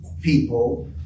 people